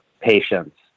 patients